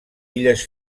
illes